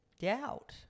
doubt